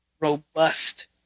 robust